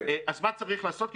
אז מה צריך לעשות?